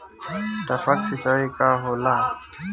टपक सिंचाई का होला?